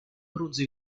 bronzo